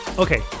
Okay